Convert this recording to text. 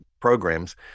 programs